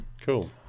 Cool